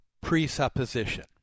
presupposition